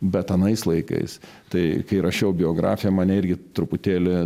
bet anais laikais tai kai rašiau biografiją mane irgi truputėlį